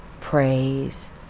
praise